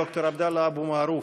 ד"ר עבדאללה אבו מערוף,